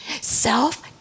Self